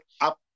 up